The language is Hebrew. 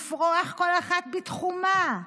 לפרוח כל אחת בתחומה.